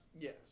Yes